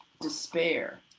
despair